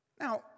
Now